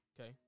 Okay